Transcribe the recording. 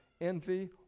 envy